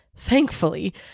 Thankfully